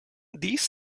these